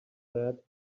that